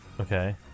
Okay